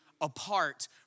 apart